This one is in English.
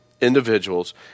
individuals